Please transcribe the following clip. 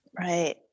Right